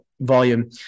volume